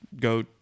go